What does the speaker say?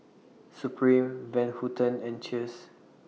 Supreme Van Houten and Cheers